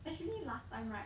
actually last time right